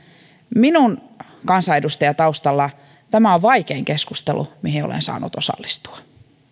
minun kansanedustajataustallani tämä on vaikein keskustelu mihin olen saanut osallistua